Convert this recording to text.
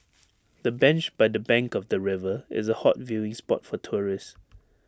the bench by the bank of the river is A hot viewing spot for tourists